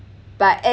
but as